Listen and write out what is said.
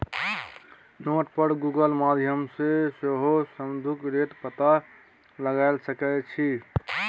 net पर Google माध्यमसँ सेहो सुदिक रेट पता लगाए सकै छी